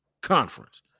conference